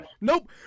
Nope